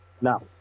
Now